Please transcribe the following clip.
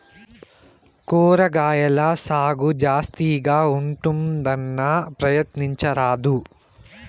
కూరగాయల సాగు జాస్తిగా ఉంటుందన్నా, ప్రయత్నించరాదూ